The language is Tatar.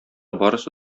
барысы